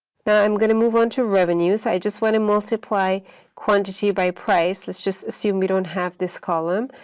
now i'm going to move on to revenue. so i just want to and multiply quantity by price. let's just assume we don't have this column.